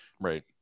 Right